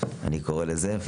כך אני קורא לזה,